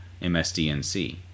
MSDNC